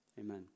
Amen